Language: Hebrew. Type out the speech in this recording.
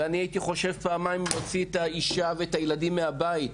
ואני הייתי חושב פעמיים אם להוציא את האישה ואת הילדים מהבית.